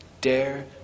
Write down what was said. Dare